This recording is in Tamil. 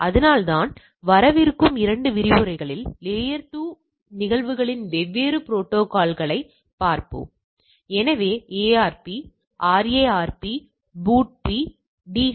அதனால்தான் வரவிருக்கும் இரண்டு விரிவுரைகளில் லேயர்2 நிகழ்வுகளின் வெவ்வேறு ப்ரோடோகால்களைப் பார்ப்போம் எனவே ARP RARP BOOTP DHCP